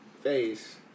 Face